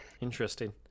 interesting